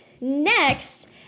next